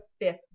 fifth